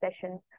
sessions